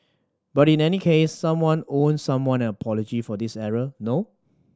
but in any case someone owes someone an apology for this error no